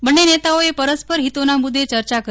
બંને નેતાઓ પરસ્પર હિતોના મુદ્દે ચર્ચા કરી